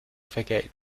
vergelten